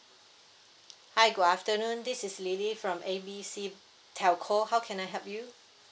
hi good afternoon this is lily from A B C telco how can I help you